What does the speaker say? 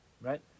Right